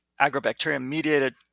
agrobacterium-mediated